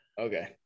okay